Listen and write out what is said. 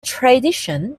tradition